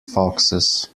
foxes